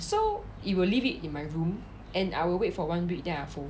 so it will leave it in my room and I will wait for one week then I'll fold